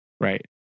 right